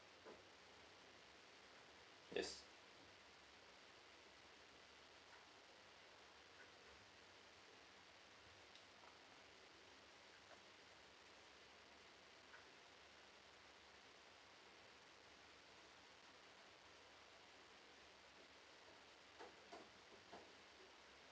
yes